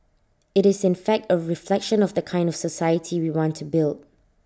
IT is in fact A reflection of the kind of society we want to build